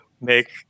make